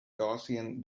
gaussian